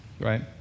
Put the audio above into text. right